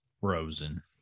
frozen